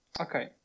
okay